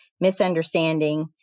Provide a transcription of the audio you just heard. misunderstanding